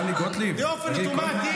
באופן אוטומטי.